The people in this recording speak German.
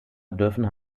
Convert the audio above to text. dürfen